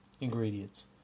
Ingredients